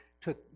took